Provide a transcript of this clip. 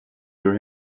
your